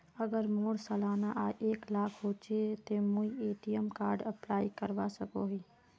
अगर मोर सालाना आय एक लाख होचे ते मुई ए.टी.एम कार्ड अप्लाई करवा सकोहो ही?